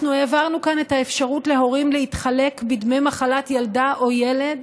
אנחנו העברנו כאן את האפשרות להורים להתחלק בדמי מחלת ילדה או ילד,